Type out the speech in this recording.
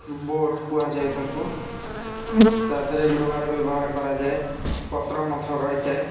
boat କୁହାଯାଏ ତାକୁ ତା ଦେହରେ ଲୁହାର ବ୍ୟବହାର କରାଯାଏ ପତ୍ର ମଧ୍ୟ ରହିଥାଏ